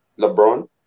LeBron